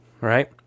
right